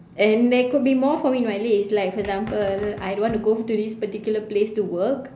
and there could be more for me in my days like for example I don't want to go to this particular place to work